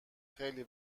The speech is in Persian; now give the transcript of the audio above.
خیلی